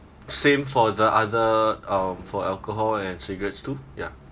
same for the other um for alcohol and cigarettes too yeah